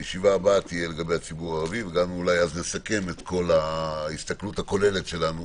בישיבה הבאה נסכם גם את ההסתכלות הכוללת שלנו